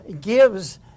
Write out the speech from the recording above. gives